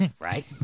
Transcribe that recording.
Right